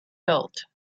built